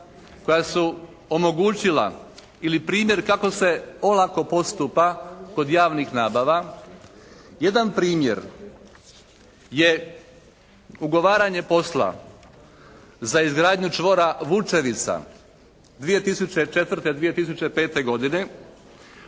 koja su omogućila ili primjer kako se olako postupa kod javnih nabava. Jedan primjer je ugovaranje posla za izgradnju čvora Vučevica 2004.-2005. godine